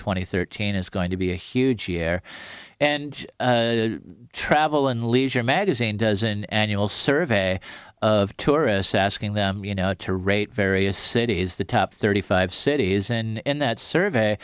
and thirteen is going to be a huge year and travel and leisure magazine does an annual survey of tourists asking them you know to rate various cities the top thirty five cities in that survey